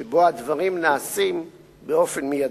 שבו הדברים נעשים באופן מיידי.